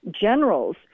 generals